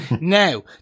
Now